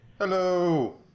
Hello